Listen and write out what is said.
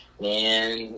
Man